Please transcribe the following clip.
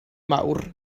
mawr